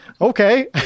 okay